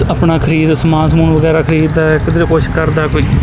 ਆਪਣਾ ਖਰੀਦ ਸਮਾਨ ਸਮੂਨ ਵਗੈਰਾ ਖਰੀਦਦਾ ਹੈ ਕਿੱਧਰੇ ਕੁਛ ਕਰਦਾ ਕੋਈ